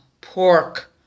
pork